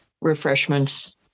refreshments